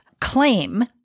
claim